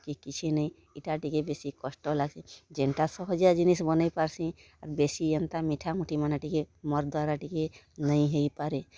କି କିଛି ନେଇଁ ଇଟା ଟିକେ ବେଶି କଷ୍ଟ ଲାଗ୍ସି ଜେନ୍ଟା ସହଜିଆ ଜିନିଷ୍ ବନେଇ ପାର୍ସି ବେଶି ଏନ୍ତା ମିଠା ମୁଠି ମାନେ ଟିକେ ମୋର୍ ଦ୍ୱାରା ଟିକେ ନାଇଁ ହେଇପାରେ